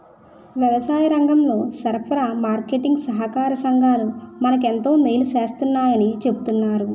వ్యవసాయరంగంలో సరఫరా, మార్కెటీంగ్ సహాకార సంఘాలు మనకు ఎంతో మేలు సేస్తాయని చెప్తన్నారు